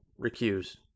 recuse